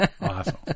Awesome